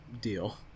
deal